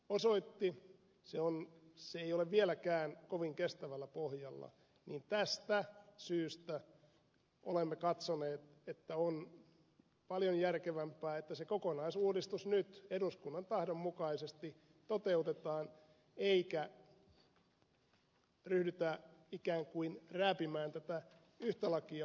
koskinen täällä osoitti se ei ole vielä kovin kestävällä pohjalla niin tästä syystä olemme katsoneet että on paljon järkevämpää että se kokonaisuudistus nyt eduskunnan tahdon mukaisesti toteutetaan eikä ryhdytä ikään kuin rääpimään tätä yhtä lakia